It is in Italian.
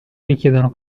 richiedono